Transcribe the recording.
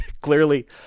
clearly